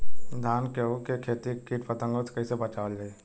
धान गेहूँक खेती के कीट पतंगों से कइसे बचावल जाए?